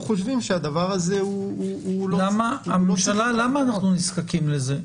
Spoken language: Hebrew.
הממשלה, למה אנחנו נזקקים לזה?